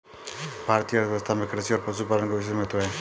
भारतीय अर्थव्यवस्था में कृषि और पशुपालन का विशेष महत्त्व है